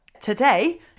today